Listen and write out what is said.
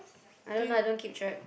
I don't know I don't keep track